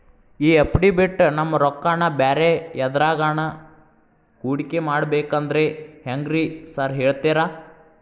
ಈ ಎಫ್.ಡಿ ಬಿಟ್ ನಮ್ ರೊಕ್ಕನಾ ಬ್ಯಾರೆ ಎದ್ರಾಗಾನ ಹೂಡಿಕೆ ಮಾಡಬೇಕಂದ್ರೆ ಹೆಂಗ್ರಿ ಸಾರ್ ಹೇಳ್ತೇರಾ?